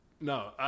No